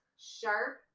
Sharp